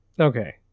Okay